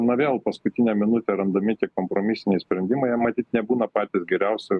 na vėl paskutinę minutę randami tie kompromisiniai sprendimai jie matyt nebūna patys geriausi